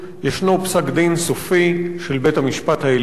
יש פסק-דין סופי של בית-המשפט העליון,